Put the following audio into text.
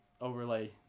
overlay